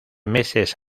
meses